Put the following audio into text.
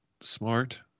smart